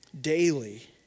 daily